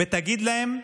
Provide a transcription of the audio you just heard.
ותגיד להם: